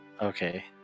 Okay